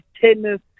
tennis